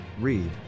Read